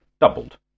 doubled